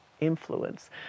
influence